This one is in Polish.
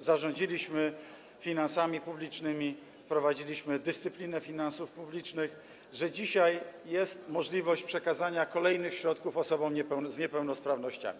zarządziliśmy finansami publicznymi, wprowadziliśmy dyscyplinę finansów publicznych, że dzisiaj jest możliwość przekazania kolejnych środków osobom z niepełnosprawnościami.